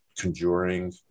conjuring